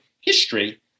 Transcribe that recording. history